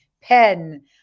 pen